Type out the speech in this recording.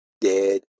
dead